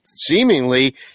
seemingly